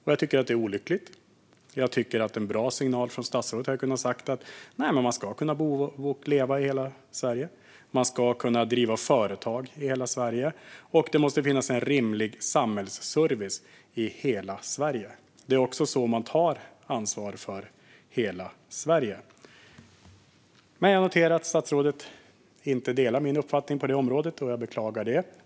Jag tycker att det är olyckligt. En bra signal från statsrådet hade varit att säga: Man ska kunna bo och leva i hela Sverige, man ska kunna driva företag i hela Sverige och det måste finnas en rimlig samhällsservice i hela Sverige. Det är så vi tar ansvar för hela Sverige. Men statsrådet delar inte min uppfattning på detta område, och det beklagar jag.